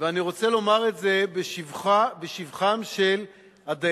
ואני רוצה לומר את זה לשבחם של הדיינים,